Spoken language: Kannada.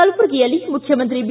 ಕಲಬುರಗಿಯಲ್ಲಿ ಮುಖ್ಯಮಂತ್ರಿ ಬಿ